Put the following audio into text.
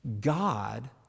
God